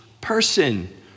person